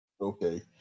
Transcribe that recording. Okay